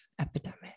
epidemic